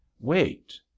wait